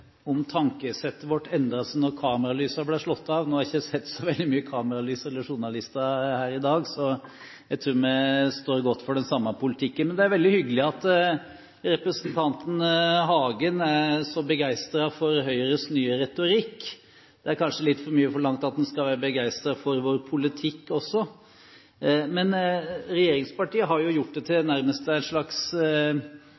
veldig mye kameralys eller journalister her i dag, så jeg tror vi står godt for den samme politikken. Men det er veldig hyggelig at representanten Hagen er så begeistret for Høyres nye retorikk. Det er kanskje litt for mye forlangt at han skal være begeistret for vår politikk også. Men regjeringspartiene har nå gjort det til nærmest et slags prinsipp å si at det at kommunene får beholde egne skatteinntekter er en uting. Det var 50 pst., så gikk det ned til